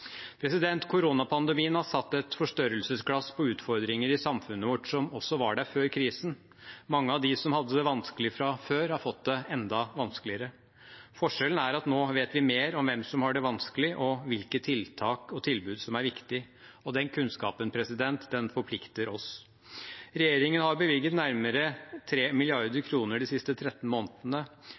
Koronapandemien har satt et forstørrelsesglass på utfordringer i samfunnet vårt som også var der før krisen. Mange av dem som hadde det vanskelig fra før, har fått det enda vanskeligere. Forskjellen er at nå vet vi mer om hvem som har det vanskelig, og hvilke tiltak og tilbud som er viktige. Den kunnskapen forplikter oss. Regjeringen har bevilget nærmere 3 mrd. kr de siste 13 månedene.